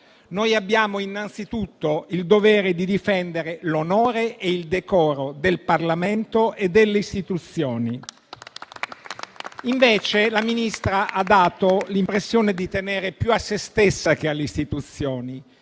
noi abbiamo innanzitutto il dovere di difendere l'onore e il decoro del Parlamento e delle istituzioni. Al contrario, la Ministra ha dato l'impressione di tenere più a se stessa che alle istituzioni,